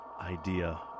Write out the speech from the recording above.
idea